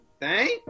Thank